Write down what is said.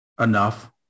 enough